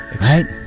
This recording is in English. right